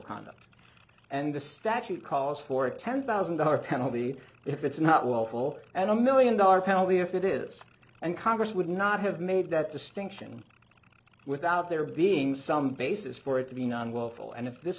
conduct and the statute calls for a ten thousand dollars penalty if it's not well call and a million dollar penalty if it is and congress would not have made that distinction without there being some basis for it to be non local and if this